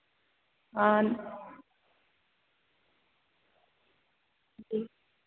आन जी